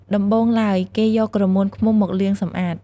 ដំបូងឡើយ គេយកក្រមួនឃ្មុំមកលាងសម្អាត។